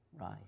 rise